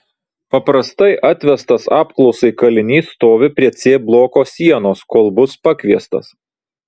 paprastai atvestas apklausai kalinys stovi prie c bloko sienos kol bus pakviestas